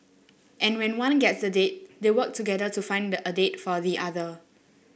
and when one gets a date they work together to find a date for the other